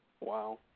Wow